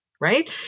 right